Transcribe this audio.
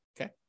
okay